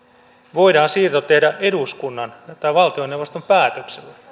voidaan siirto tehdä eduskunnan tai valtioneuvoston päätöksellä